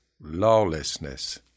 lawlessness